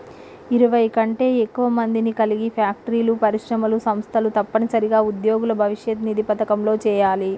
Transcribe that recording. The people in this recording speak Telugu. ఇరవై కంటే ఎక్కువ మందిని కలిగి ఫ్యాక్టరీలు పరిశ్రమలు సంస్థలు తప్పనిసరిగా ఉద్యోగుల భవిష్యత్ నిధి పథకంలో చేయాలి